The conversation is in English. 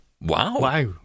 Wow